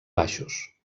baixos